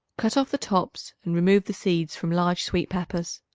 cut off the tops and remove the seeds from large sweet peppers.